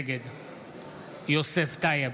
נגד יוסף טייב,